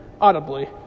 audibly